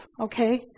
Okay